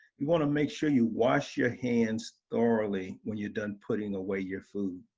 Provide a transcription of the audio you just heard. you wanna make sure you wash your hands thoroughly when you're done putting away your food.